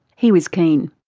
he was keen.